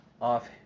off